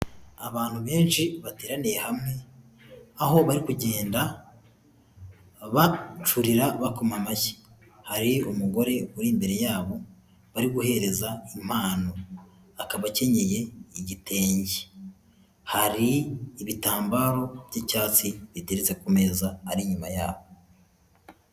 Abantu benshi bateraniye hamwe aho bari kugenda bacurira bakoma amashyi, hari umugore uri imbere yabo bari guhereza impano, akaba akenyeye igitenge, hari ibitambaro by'icyatsi biteretse ku meza ari inyuma yabo.